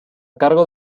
cargo